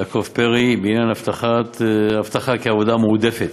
יעקב פרי, בעניין אבטחה כעבודה מועדפת,